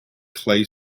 clay